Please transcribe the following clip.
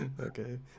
okay